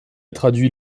traduit